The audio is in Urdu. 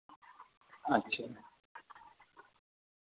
اچھا